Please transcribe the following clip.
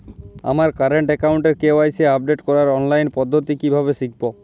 আমার কারেন্ট অ্যাকাউন্টের KYC update করার অনলাইন পদ্ধতি কীভাবে শিখব?